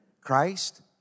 Christ